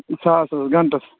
زٕ ساس حظ گَنٛٹَس